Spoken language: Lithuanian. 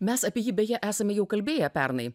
mes apie jį beje esame kalbėję pernai